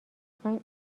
خواین